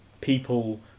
people